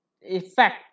effect